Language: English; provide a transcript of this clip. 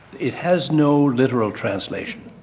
it has no literal translation.